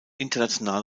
international